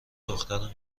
دخترم